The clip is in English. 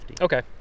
Okay